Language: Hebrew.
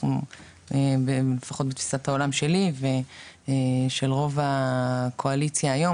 אנחנו לפחות בתפיסת העולם שלי ושל רוב הקואליציה היום,